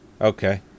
Okay